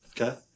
Okay